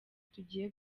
tugiye